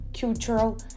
cultural